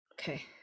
okay